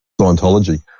Scientology